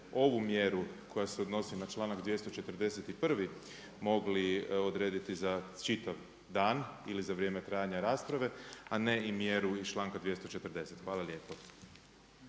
ovu mjeru koja se odnosi na članak 241. mogli odrediti za čitav dan ili za vrijeme trajanja rasprave, a ne i mjeru iz članka 240. Hvala lijepo.